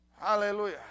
Hallelujah